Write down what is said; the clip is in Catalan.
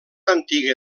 antiga